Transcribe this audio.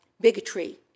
bigotry